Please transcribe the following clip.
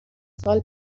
سال